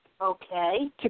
Okay